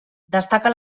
destaca